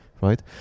right